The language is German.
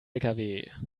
lkw